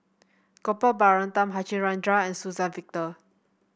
Gopal Baratham Harichandra and Suzann Victor